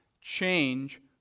change